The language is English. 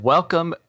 Welcome